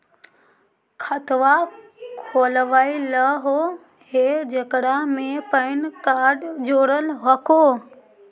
खातवा खोलवैलहो हे जेकरा मे पैन कार्ड जोड़ल हको?